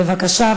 בבקשה,